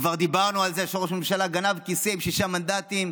כבר דיברנו על זה שראש הממשלה גנב כיסא עם שישה מנדטים,